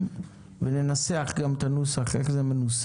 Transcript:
לנציגי המגדלים.